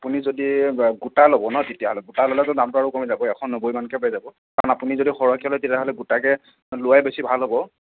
আপুনি যদি গোটা ল'ব ন তেতিয়াহ'লে গোটা ল'লে দামটো আৰু কমি যাব এশ নব্বৈ মানকৈ পাই যাব কাৰণ আপুনি যদি সৰহকৈ লয় তেতিয়াহ'লে গোটাকৈ লোৱাই বেছি ভাল হ'ব